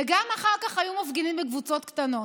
וגם אחר כך היו מפגינים בקבוצות קטנות.